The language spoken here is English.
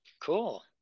Cool